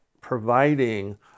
providing